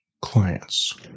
clients